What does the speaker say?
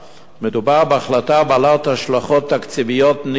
מדובר בהחלטה בעלת השלכות תקציביות ניכרות.